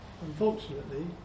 Unfortunately